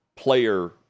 player